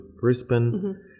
Brisbane